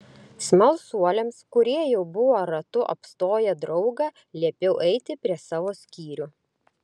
smalsuoliams kurie jau buvo ratu apstoję draugą liepiau eiti prie savo skyrių